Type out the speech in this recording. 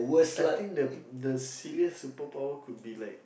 I think the the silliest superpower could be like